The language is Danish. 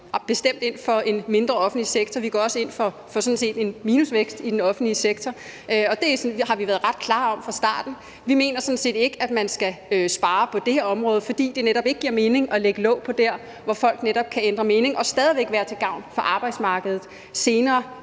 bestemt ind for en mindre offentlig sektor. Vi går sådan set også ind for minusvækst i den offentlige sektor. Det har vi fra starten været ret klare om. Vi mener sådan set ikke, at man skal spare på det her område, fordi det netop ikke giver mening at lægge låg på dér, hvor folk netop kan ændre mening. For man kan stadig væk være til gavn for arbejdsmarkedet, selv